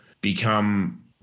become